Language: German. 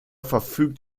verfügt